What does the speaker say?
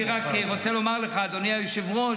אני רק רוצה לומר לך, אדוני היושב-ראש,